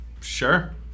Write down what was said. Sure